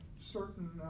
certain